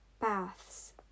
baths